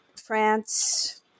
France